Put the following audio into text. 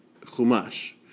Chumash